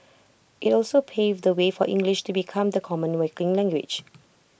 IT also paved the way for English to become the common waking language